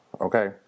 Okay